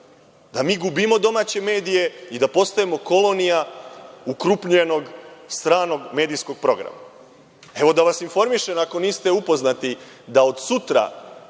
da mi gubimo domaće medije i da postajemo kolonija ukrupnjenog stranog medijskog programa? Evo, da vas informišem, ako niste upoznati, da od sutra